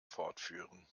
fortführen